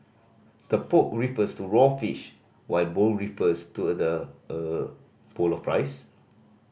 the poke refers to raw fish while the bowl refers to the er bowl of rice